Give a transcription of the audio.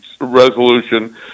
resolution